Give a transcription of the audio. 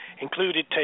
included